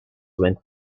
went